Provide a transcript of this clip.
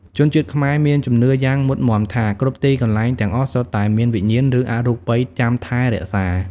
ជនជាតិខ្មែរមានជំនឿយ៉ាងមុតមាំថា គ្រប់ទីកន្លែងទាំងអស់សុទ្ធតែមានវិញ្ញាណ ឬអរូបិយចាំថែរក្សា។